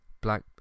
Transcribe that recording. black